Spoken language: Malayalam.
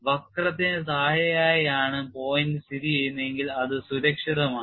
വക്രത്തിന് താഴെയായി ആണ് പോയിന്റ് സ്ഥിതി ചെയ്യുന്നതെങ്കിൽ അത് സുരക്ഷിതമാണ്